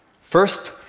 First